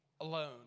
alone